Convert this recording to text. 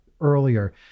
earlier